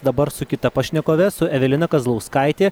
dabar su kita pašnekove su evelina kazlauskaitė